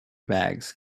bags